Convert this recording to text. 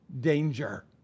danger